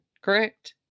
correct